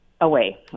away